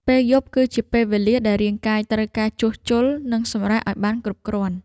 ពេលយប់គឺជាពេលវេលាដែលរាងកាយត្រូវការការជួសជុល និងសម្រាកឱ្យបានគ្រប់គ្រាន់។